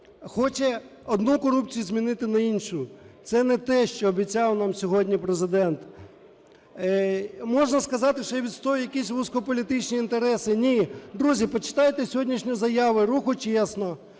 хоче одну корупцію змінити на іншу. Це не те, що обіцяв нам сьогодні Президент. Можна сказати, що я відстоюю якісь вузько політичні інтереси. Ні. Друзі, почитайте сьогоднішні заяви руху